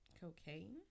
cocaine